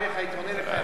הייתי עונה לך אחד לאחד.